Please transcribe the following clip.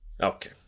Okay